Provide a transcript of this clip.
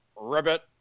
Ribbit